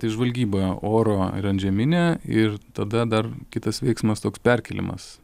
tai žvalgyba oro ir antžeminė ir tada dar kitas veiksmas toks perkėlimas